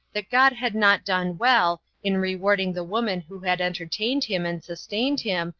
that god had not done well, in rewarding the woman who had entertained him and sustained him,